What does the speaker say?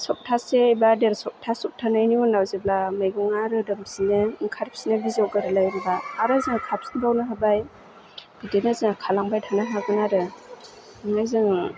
सप्तासे बा देर सप्ता सप्तानैनि उनाव जेब्ला मैगङा रोदोमफिनो ओंखारफिनो बिजौ गोरलै होमबा आरो जों खाफिनबावनो हाबाय बिदिनो जोङो खालांबाय थानो हागोन आरो आमफ्राय जों